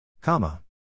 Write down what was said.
Comma